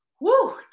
Woo